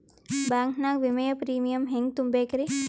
Bank ನಾಗ ವಿಮೆಯ premium ಹೆಂಗ್ ತುಂಬಾ ಬೇಕ್ರಿ?